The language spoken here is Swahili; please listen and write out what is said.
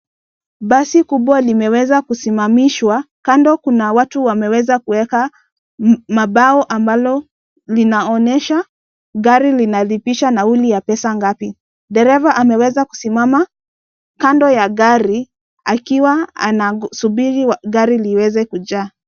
Basi kubwa limeweza kusimamishwa, kando kuna watu wameweza kuweka mabao ambalo linaonyesha gari linalipisha nauli ya pesa ngapi. Dereva ameweza kusimama kando ya gari akiwa anasubiri gari liweze kujaa.